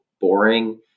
boring